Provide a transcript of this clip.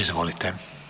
Izvolite.